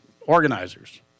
organizers